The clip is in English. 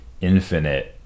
infinite